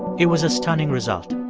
it was a stunning result.